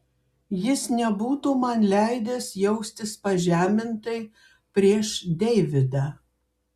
jis nebūtų man leidęs jaustis pažemintai prieš deividą